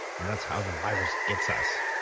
and that's how the virus gets us.